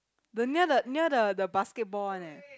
the near the near the the basketball one leh